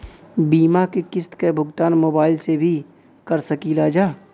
बीमा के किस्त क भुगतान मोबाइल से भी कर सकी ला?